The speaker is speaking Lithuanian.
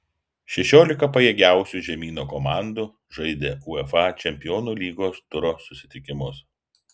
šešiolika pajėgiausių žemyno komandų žaidė uefa čempionų lygos turo susitikimus